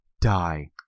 die